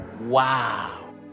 Wow